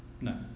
No